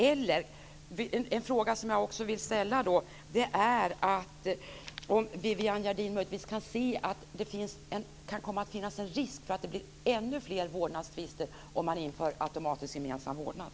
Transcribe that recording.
En annan fråga som jag vill ställa gäller om Viviann Gerdin möjligtvis kan se att det kan finnas en risk för att det blir ännu fler vårdnadstvister om man inför automatisk gemensam vårdnad.